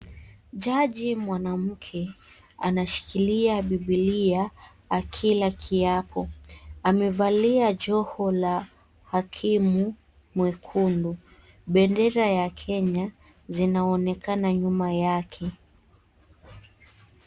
Jaji mwanamke anashikilia Bibilia akila kiapo. Amevalia joho la hakimu mwekundu. Pendera ya Kenya zinaonekana nyuma yake.